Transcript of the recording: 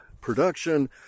production